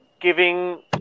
Giving